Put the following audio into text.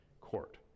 court